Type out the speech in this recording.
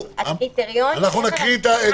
אנחנו נקריא.